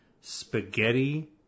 spaghetti